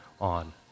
on